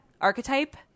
archetype